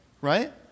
right